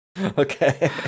Okay